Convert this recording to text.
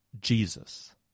Jesus